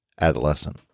adolescent